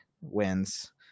wins